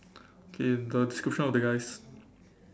okay the description of the guy is